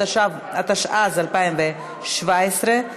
התשע"ז 2017,